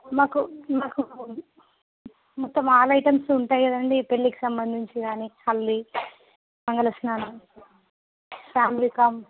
మాకు మాకు మొత్తం ఆల్ ఐటమ్స్ ఉంటాయి కదండీ పెళ్ళికి సంబంధించి కాని హల్ది మంగళ స్నానాలు ఫ్యామిలీ కమ్